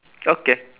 okay